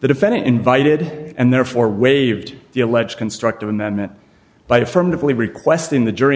the defendant invited and therefore waived the alleged constructive amendment by affirmatively requesting the jury